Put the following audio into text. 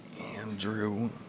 Andrew